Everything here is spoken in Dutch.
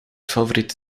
favoriete